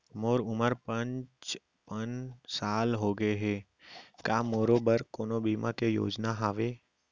मोर उमर पचपन साल होगे हे, का मोरो बर कोनो बीमा के योजना हावे?